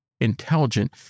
Intelligent